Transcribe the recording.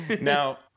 Now